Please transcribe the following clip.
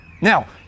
Now